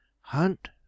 Hunt